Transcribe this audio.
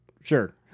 sure